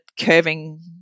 curving